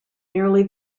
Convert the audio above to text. merely